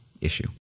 issue